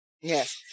Yes